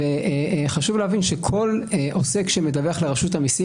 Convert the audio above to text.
חשוב להבין שכל עוסק שמדווח לרשות המסים